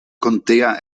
contea